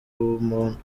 ubumuntu